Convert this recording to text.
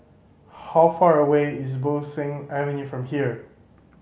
how far away is Bo Seng Avenue from here